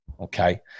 Okay